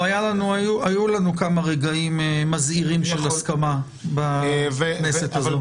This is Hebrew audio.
היו לנו כמה רגעים מזהירים של הסכמה בכנסת הזאת.